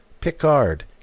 Picard